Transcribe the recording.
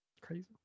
Crazy